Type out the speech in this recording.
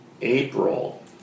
April